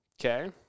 Okay